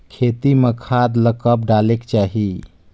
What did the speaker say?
खेती म खाद ला कब डालेक चाही?